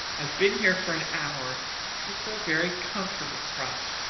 i've been here for an hour it's a very comfortable crotch,